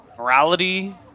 Morality